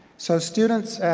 so students,